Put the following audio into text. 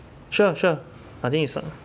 sure sure I think is